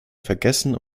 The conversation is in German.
vergessen